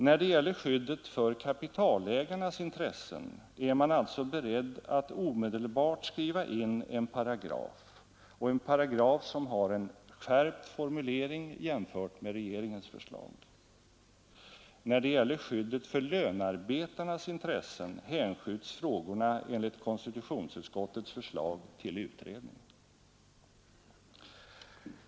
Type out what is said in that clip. När det gäller skyddet för kapitalägarnas intressen är man beredd att omedelbart skriva in en paragraf och en paragraf som har en skärpt formulering jämfört med regeringens förslag, när det gäller skyddet för lönarbetarnas intressen hänskjuts frågorna enligt konstitutionsutskottets förslag till utredning.